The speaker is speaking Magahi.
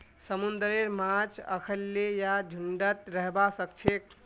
समुंदरेर माछ अखल्लै या झुंडत रहबा सखछेक